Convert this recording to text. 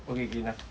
okay K nah